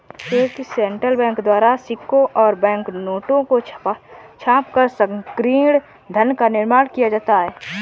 एक central bank द्वारा सिक्कों और बैंक नोटों को छापकर संकीर्ण धन का निर्माण किया जाता है